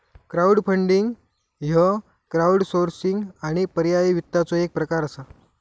crowdfunding ह्य crowdsourcing आणि पर्यायी वित्ताचो एक प्रकार असा